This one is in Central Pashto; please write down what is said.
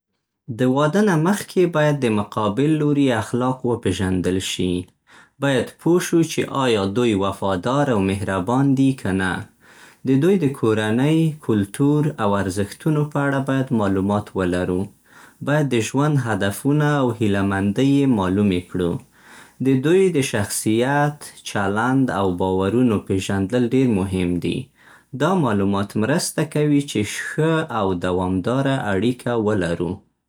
د واده نه مخکې باید د مقابل لوري اخلاق وپېژندل شي. باید پوه شو چې ایا دوی وفادار او مهربان دي که نه. د دوی د کورنۍ، کلتور، او ارزښتونو په اړه باید مالومات ولرو. باید د ژوند هدفونه او هیله‌مندۍ یې مالومې کړو. د دوی د شخصیت، چلند، او باورونو پېژندل ډېر مهم دي. دا مالومات مرسته کوي چې ښه او دوامداره اړیکه ولرو.